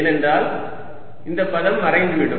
ஏனென்றால் இந்த பதம் மறைந்துவிடும்